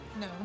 No